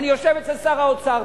אני יושב אצל שר האוצר,